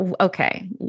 okay